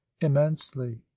Immensely